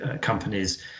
companies